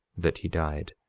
that he died.